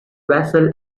vessel